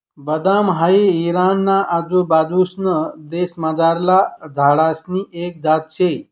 बदाम हाई इराणा ना आजूबाजूंसना देशमझारला झाडसनी एक जात शे